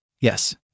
Yes